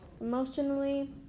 emotionally